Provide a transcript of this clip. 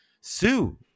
sue